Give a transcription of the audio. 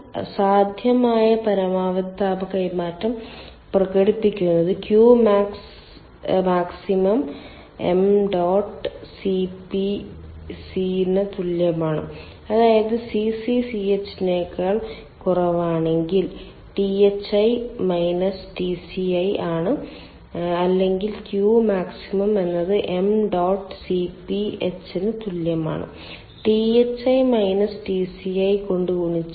അതിനാൽ സാധ്യമായ പരമാവധി താപ കൈമാറ്റം പ്രകടിപ്പിക്കുന്നത് Q max m dot Cp c ന് തുല്യമാണ് അതായത് cc Ch നേക്കാൾ കുറവാണെങ്കിൽ Thi minus Tci ആണ് അല്ലെങ്കിൽ Q max എന്നത് m ഡോട്ട് Cp h ന് തുല്യമാണ് Thi minus Tci കൊണ്ട് ഗുണിച്ചാൽ